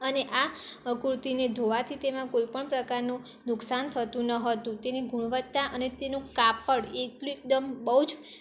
અને આ કુર્તીને ધોવાથી તેમાં કોઈ પણ પ્રકારનું નુકસાન થતું ન હતું તેની ગુણવત્તા અને તેનું કાપડ એટલું એકદમ